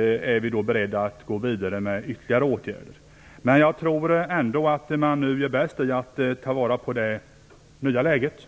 Är vi då beredda att gå vidare med ytterligare åtgärder? Jag tror att man ändå nu gör bäst i att ta vara på det nya läget.